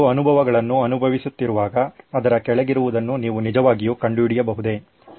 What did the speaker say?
ಅವರೂ ಅನುಭವಗಳನ್ನು ಅನುಭವಿಸುತ್ತಿರುವಾಗ ಅದರ ಕೆಳಗಿರುವುದನ್ನು ನೀವು ನಿಜವಾಗಿಯೂ ಕಂಡುಹಿಡಿಯಬಹುದೇ